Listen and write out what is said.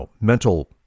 mental